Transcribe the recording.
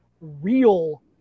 real